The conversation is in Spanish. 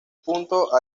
punto